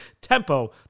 TEMPO